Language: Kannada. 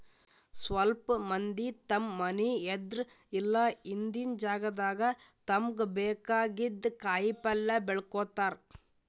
ಸ್ವಲ್ಪ್ ಮಂದಿ ತಮ್ಮ್ ಮನಿ ಎದ್ರ್ ಇಲ್ಲ ಹಿಂದಿನ್ ಜಾಗಾದಾಗ ತಮ್ಗ್ ಬೇಕಾಗಿದ್ದ್ ಕಾಯಿಪಲ್ಯ ಬೆಳ್ಕೋತಾರ್